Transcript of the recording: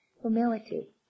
Humility